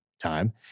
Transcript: time